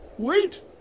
Wait